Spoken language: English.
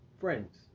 friends